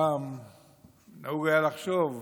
פעם נהוג היה לחשוב,